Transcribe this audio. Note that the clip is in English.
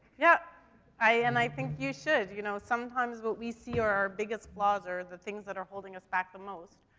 yeah. and i, and i think you should. you know, sometimes what we see are our biggest flaws are the things that are holding us back the most.